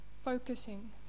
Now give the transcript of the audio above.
focusing